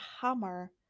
hammer